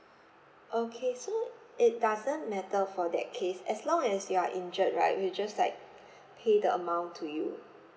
okay so it doesn't matter for that case as long as you are injured right we'll just like pay the amount to you